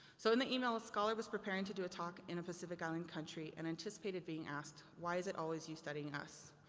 so in the e-mail a scholar was preparing to do a talk in a pacific island country and anticipated being asked, why is it always you studying us?